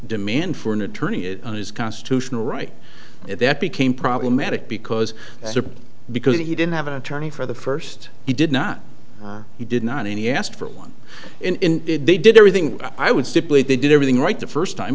demand for an attorney it is constitutional right at that became problematic because because he didn't have an attorney for the first he did not he did not any asked for one in it they did everything i would simply they did everything right the first time